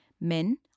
Men